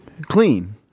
clean